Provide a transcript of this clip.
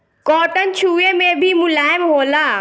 cotton छुवे मे भी मुलायम होला